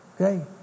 Okay